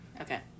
Okay